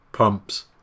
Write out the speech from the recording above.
pumps